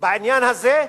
בעניין הזה,